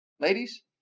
Ladies